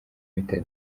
ltd